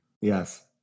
yes